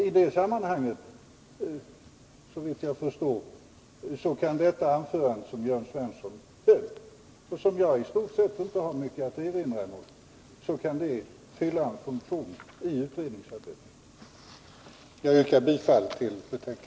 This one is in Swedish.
I det sammanhanget kan Jörn Svenssons anförande, som jag i stort sett inte har mycket att erinra mot, fylla en funktion i utredningsarbetet. Jag yrkar bifall till utskottets hemställan.